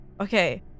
okay